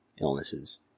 illnesses